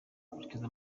gukurikiza